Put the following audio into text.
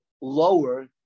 lower